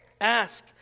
Ask